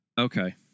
Okay